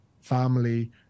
family